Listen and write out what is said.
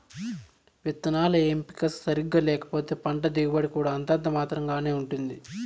విత్తనాల ఎంపిక సరిగ్గా లేకపోతే పంట దిగుబడి కూడా అంతంత మాత్రం గానే ఉంటుంది